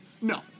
no